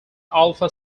alpha